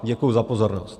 Děkuji za pozornost.